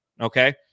Okay